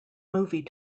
movie